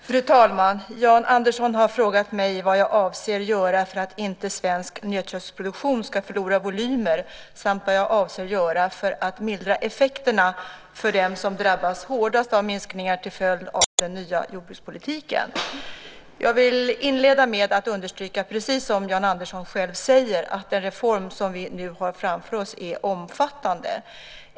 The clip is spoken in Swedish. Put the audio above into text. Fru talman! Jan Andersson har frågat mig vad jag avser att göra för att inte svensk nötköttsproduktion ska förlora volymer samt vad jag avser att göra för att mildra effekterna för dem som drabbats hårdast av minskningar till följd av den nya jordbrukspolitiken. Jag vill inleda med att understryka, precis som Jan Andersson själv säger, att den reform som vi nu har framför oss är omfattande.